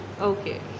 Okay